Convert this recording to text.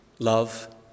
love